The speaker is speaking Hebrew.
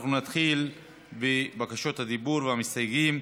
נתחיל בבקשות הדיבור והמסתייגים.